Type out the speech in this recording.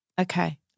Okay